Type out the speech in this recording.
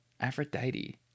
Aphrodite